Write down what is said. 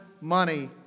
money